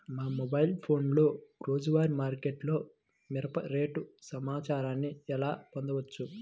మా మొబైల్ ఫోన్లలో రోజువారీ మార్కెట్లో మిరప రేటు సమాచారాన్ని ఎలా పొందవచ్చు?